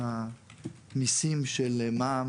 המיסים של מע"מ,